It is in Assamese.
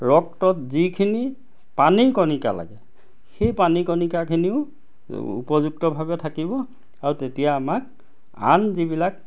ৰক্তত যিখিনি পানীৰ কণিকা লাগে সেই পানীৰ কণিকাখিনিও উপযুক্তভাৱে থাকিব আৰু তেতিয়া আমাক আন যিবিলাক